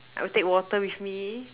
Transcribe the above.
I will take water with me